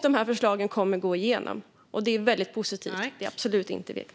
De här förslagen kommer att gå igenom, och det är väldigt positivt. Det är absolut inte vekt.